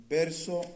verso